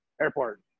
airport